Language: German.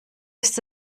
ist